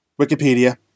Wikipedia